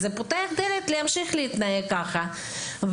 זה פותח דלת להמשיך להתנהג ככה.